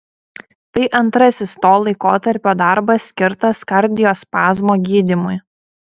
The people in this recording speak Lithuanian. tai antrasis to laikotarpio darbas skirtas kardiospazmo gydymui